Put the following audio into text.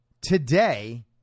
today